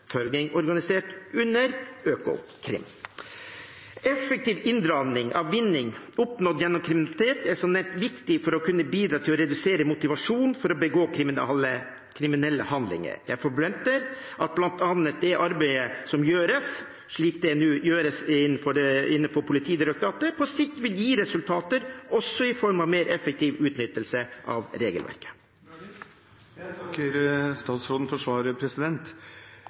organisert under Økokrim. Effektiv inndragning av vinning oppnådd gjennom kriminalitet er som nevnt viktig for å kunne bidra til å redusere motivasjonen for å begå kriminelle handlinger. Jeg forventer at bl.a. det arbeidet som nå gjøres i Politidirektoratet, på sikt vil gi resultater, også i form av mer effektiv utnyttelse av regelverket. Jeg takker statsråden for svaret.